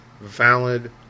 valid